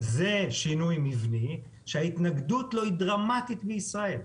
זה שינוי מבני שההתנגדות לו היא דרמטית בישראל,